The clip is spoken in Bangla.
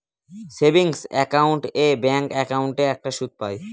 সেভিংস একাউন্ট এ ব্যাঙ্ক একাউন্টে একটা সুদ পাই